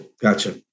Gotcha